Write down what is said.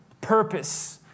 purpose